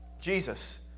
Jesus